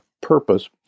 purpose